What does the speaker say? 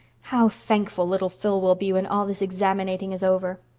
how thankful little phil will be when all this examinating is over.